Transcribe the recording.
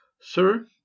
Sir